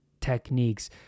techniques